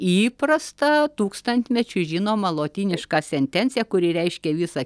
įprastą tūkstantmečius žinomą lotynišką sentenciją kuri reiškia visą